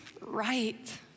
right